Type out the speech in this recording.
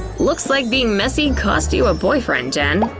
looks like being messy cost you a boyfriend, jen.